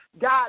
God